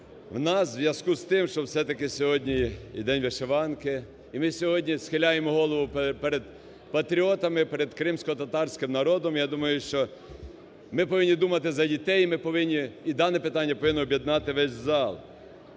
В нас в зв'язку із тим, що все-таки сьогодні і День вишиванки, і ми сьогодні схиляємо голову перед патріотами, перед кримськотатарським народом, я думаю, що ми повинні думати за дітей і ми повинні і дане питання повинно об'єднати весь зал.